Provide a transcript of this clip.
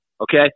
Okay